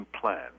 plan